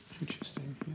Interesting